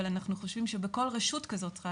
אבל אנחנו חושבים שבכל רשות כזאת צריכה